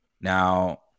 Now